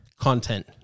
content